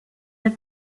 the